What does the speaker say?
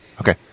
Okay